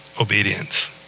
obedience